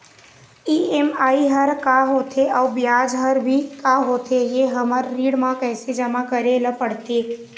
EMI हर का होथे अऊ ब्याज हर भी का होथे ये हर हमर ऋण मा कैसे जमा करे ले पड़ते?